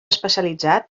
especialitzat